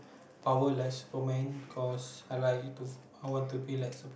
power less superman because I like to I want to be like superman